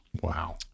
Wow